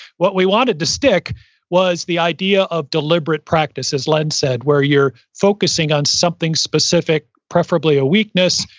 what we wanted to stick was the idea of deliberate practice, as len said, where you're focusing on something specific, preferably a weakness.